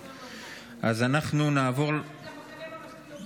גם המחנה הממלכתי לא פה.